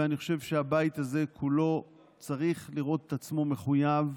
ואני חושב שהבית הזה כולו צריך לראות עצמו מחויב,